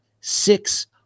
six